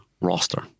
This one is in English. roster